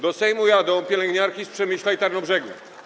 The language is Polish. Do Sejmu jadą pielęgniarki z Przemyśla i Tarnobrzegu.